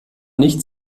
nicht